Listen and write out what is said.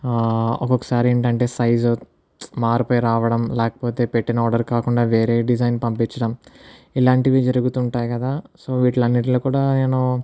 ఒకొక్కసారి ఏంటంటే సైజు మారిపోయి రావడం లేకపోతే పెట్టిన ఆర్డర్ కాకుండా వేరే డిజైన్ పంపించడం ఇలాంటివి జరుగుతుంటాయి కదా సో వీటిలన్నిట్లో కూడా నేను